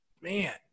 man